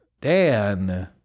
Dan